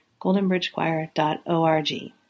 goldenbridgechoir.org